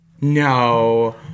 No